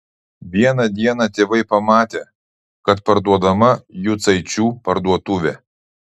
vieną dieną tėvai pamatė kad parduodama jucaičių parduotuvė